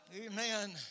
amen